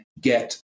get